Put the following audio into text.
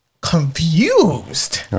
confused